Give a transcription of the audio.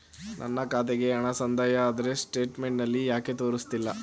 ನನ್ನ ಖಾತೆಗೆ ಹಣ ಸಂದಾಯ ಆದರೆ ಸ್ಟೇಟ್ಮೆಂಟ್ ನಲ್ಲಿ ಯಾಕೆ ತೋರಿಸುತ್ತಿಲ್ಲ?